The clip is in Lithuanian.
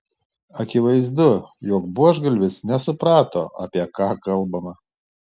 akivaizdu jog buožgalvis nesuprato apie ką kalbama